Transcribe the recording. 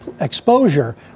exposure